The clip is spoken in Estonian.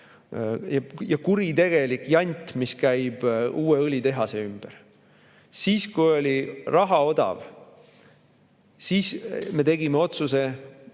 ja kuritegelik jant, mis käib uue õlitehase ümber. Siis, kui raha oli odav, me tegime otsuse